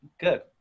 good